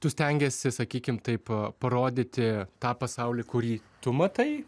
tu stengiesi sakykim taip parodyti tą pasaulį kurį tu matai